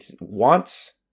wants